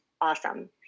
awesome